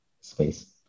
space